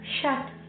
shut